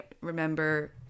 remember –